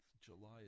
July